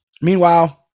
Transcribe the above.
Meanwhile